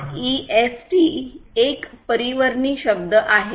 REST एक परिवर्णी शब्द आहे